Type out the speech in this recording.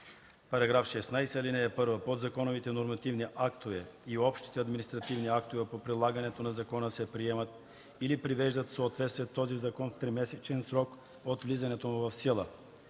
§ 16: „§ 16. (1) Подзаконовите нормативни актове и общите административни актове по прилагането на закона се приемат или привеждат в съответствие с този закон в тримесечен срок от влизането му в сила.